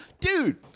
Dude